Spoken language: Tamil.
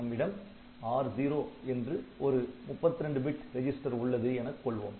நம்மிடம் R0 என்று ஒரு 32 பிட் ரெஜிஸ்டர் உள்ளது எனக் கொள்வோம்